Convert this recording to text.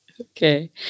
Okay